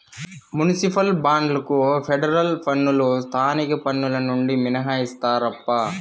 municipal బాండ్లకు federal పన్నులు స్థానిక పన్నులు నుండి మినహాయిస్తారప్పా